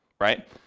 right